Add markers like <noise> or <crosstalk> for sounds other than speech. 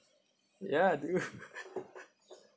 ya I do <laughs>